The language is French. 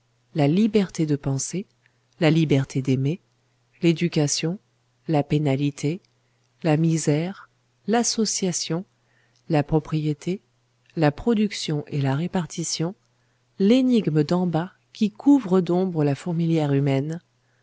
la liberté de penser la liberté d'aimer l'éducation la pénalité la misère l'association la propriété la production et la répartition l'énigme d'en bas qui couvre d'ombre la fourmilière humaine